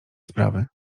sprawy